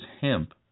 hemp